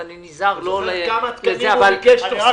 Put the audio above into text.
אז אני נזהר לא --- אתה זוכר כמה תקנים הוא ביקש תוספת?